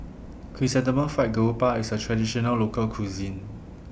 Chrysanthemum Fried Garoupa IS A Traditional Local Cuisine